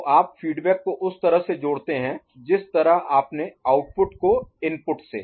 तो आप फीडबैक को उस तरह से जोड़ते हैं जिस तरह आपने आउटपुट को इनपुट से